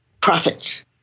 profits